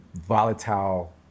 volatile